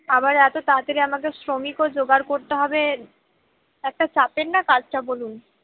আবার এত তাড়াতাড়ি আমাদের শ্রমিকও জোগাড় করতে হবে একটা চাপের না কাজটা বলুন